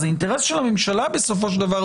זה אינטרס של הממשלה בסופו של דבר,